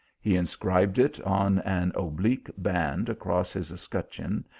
he inscribed it on an oblique band across his escutcheon,